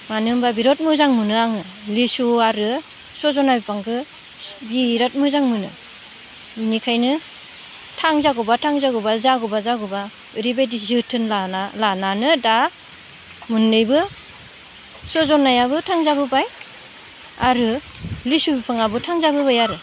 मानो होमब्ला बेराद मोजां मोनो आङो लिसु आरो सजना बिफांखो बिराद मोजां मोनो बिनिखायनो थांजागौब्ला थांजागौब्ला जागौब्ला जागौब्ला ओरैबायदि जोथोन लाना लानानै दा मोननैबो सजनायाबो थांजाबोबाय आरो लिसु बिफाङाबो थांजाबोबाय आरो